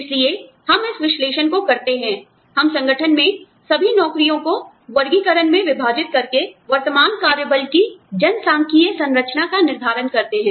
इसलिए हम इस विश्लेषण को करते हैं हम संगठन में सभी नौकरियों को वर्गीकरण में विभाजित करके वर्तमान कार्य बल की जनसांख्यिकीय संरचना का निर्धारण करते हैं